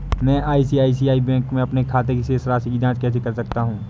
मैं ICICI bank के अपने खाते की शेष राशि की जाँच कैसे कर सकता हूँ?